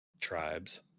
tribes